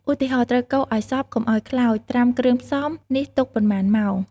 ឧទាហរណ៍ ត្រូវកូរឱ្យសព្វកុំឱ្យខ្លោច ត្រាំគ្រឿងផ្សំនេះទុកប៉ុន្មានម៉ោង"។